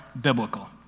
biblical